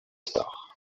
starr